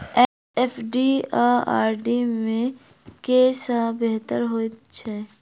FD आ RD मे केँ सा बेहतर होइ है?